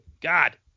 God